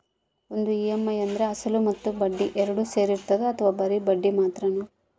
ಒಂದು ಇ.ಎಮ್.ಐ ಅಂದ್ರೆ ಅಸಲು ಮತ್ತೆ ಬಡ್ಡಿ ಎರಡು ಸೇರಿರ್ತದೋ ಅಥವಾ ಬರಿ ಬಡ್ಡಿ ಮಾತ್ರನೋ?